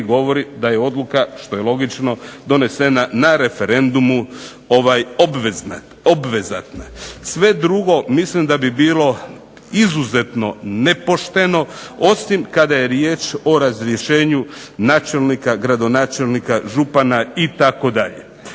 govori da je odluka, što je logično, donesena na referendumu obvezatna. Sve drugo mislim da bi bilo izuzetno nepošteno, osim kada je riječ o razrješenju načelnika, gradonačelnika, župana itd.